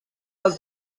del